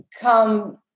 come